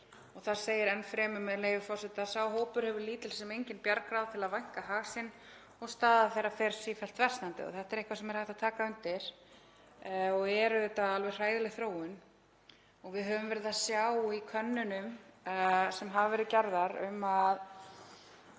Þar segir enn fremur, með leyfi forseta: „Sá hópur hefur lítil sem engin bjargráð til að vænka hag sinn og staða þeirra fer sífellt versnandi.“ Þetta er eitthvað sem er hægt að taka undir og er auðvitað alveg hræðileg þróun. Við höfum verið að sjá í könnunum sem hafa verið gerðar að